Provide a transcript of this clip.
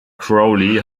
crowley